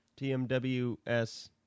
TMWS